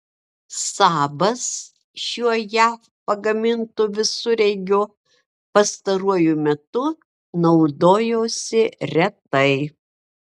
sabas šiuo jav pagamintu visureigiu pastaruoju metu naudojosi retai